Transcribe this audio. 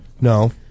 No